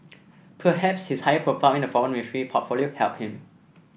perhaps his higher profile in the foreign ministry portfolio helped him